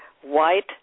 white